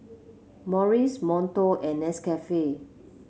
Morries Monto and Nescafe